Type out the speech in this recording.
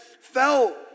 fell